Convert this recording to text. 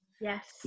Yes